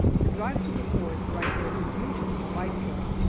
the drive through the forest right there is usually delightful,